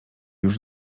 już